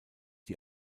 die